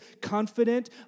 confident